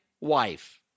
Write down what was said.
wife